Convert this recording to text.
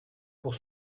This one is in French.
pour